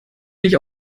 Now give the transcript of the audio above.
mich